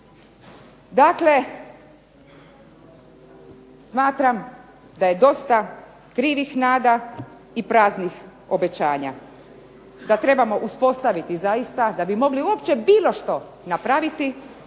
Dakle, smatram da je dosta krivih nada i praznih obećanja, da trebamo uspostaviti zaista, da bi mogli uopće bilo što napraviti